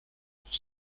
pour